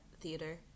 theater